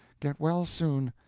get well soon.